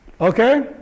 Okay